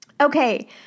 Okay